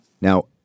Now